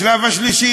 השלב השלישי,